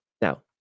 now